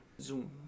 Zoom